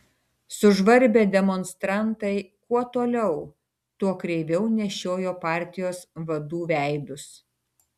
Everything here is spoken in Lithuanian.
sužvarbę demonstrantai kuo toliau tuo kreiviau nešiojo partijos vadų veidus